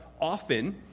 often